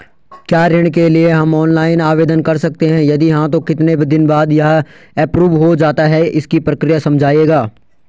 क्या ऋण के लिए हम ऑनलाइन आवेदन कर सकते हैं यदि हाँ तो कितने दिन बाद यह एप्रूव हो जाता है इसकी प्रक्रिया समझाइएगा?